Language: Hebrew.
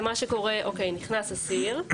נכנס אסיר,